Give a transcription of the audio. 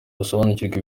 basobanukirwa